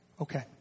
okay